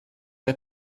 der